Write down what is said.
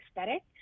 aesthetic